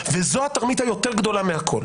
וזאת התרמית היותר גדולה מהכול.